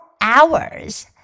hours